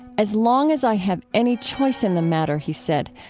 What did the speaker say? as long as i have any choice in the matter, he said,